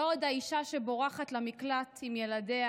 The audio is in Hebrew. לא עוד האישה בורחת למקלט עם ילדיה